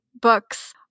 books